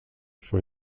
for